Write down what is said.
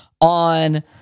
On